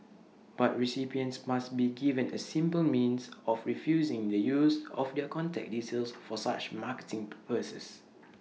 but recipients must be given A simple means of refusing the use of their contact details for such marketing purposes